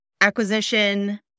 acquisition